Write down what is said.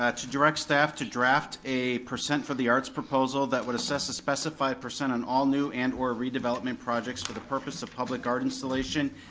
direct staff to draft a percent for the arts proposal that would assess a specified percent on all new and or redevelopment projects for the purpose of public art installation,